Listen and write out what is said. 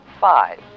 five